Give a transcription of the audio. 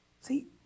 See